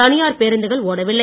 தனியார் பேருந்துகள் ஒடவில்லை